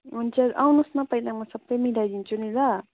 हुन्छ आउनुहोस् न पहिला म सबै मिलाइदिन्छु नि ल